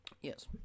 Yes